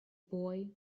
boy